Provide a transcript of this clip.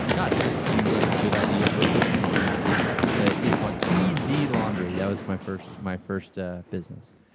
gosh, this seems like a good idea for a business, and that yeah is called easy laundry. that was my first my first ah business.